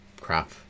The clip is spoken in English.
crap